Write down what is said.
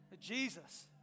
Jesus